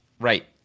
Right